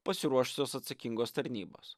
pasiruošusios atsakingos tarnybos